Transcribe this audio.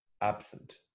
absent